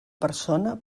persona